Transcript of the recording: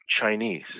Chinese